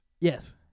Yes